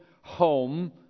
home